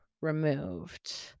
removed